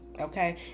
okay